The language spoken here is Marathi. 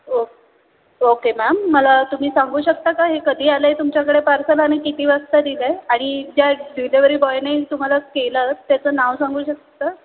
ओ ओके मॅम मला तुम्ही सांगू शकता का हे कधी आलं आहे तुमच्याकडे पार्सल आणि किती वाजता दिलं आहे आणि ज्या डिलेवरी बॉयने तुम्हाला केलं त्याचं नाव सांगू शकता